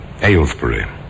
Aylesbury